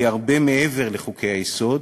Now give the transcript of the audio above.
היא הרבה מעבר לחוקי-היסוד,